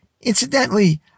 Incidentally